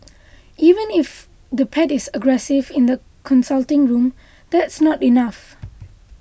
even if the pet is aggressive in the consulting room that's not enough